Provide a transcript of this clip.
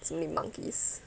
so many monkeys